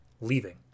leaving